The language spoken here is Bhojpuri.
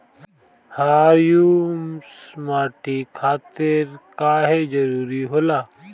ह्यूमस माटी खातिर काहे जरूरी होला?